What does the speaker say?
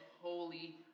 holy